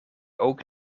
ook